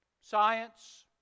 Science